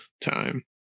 time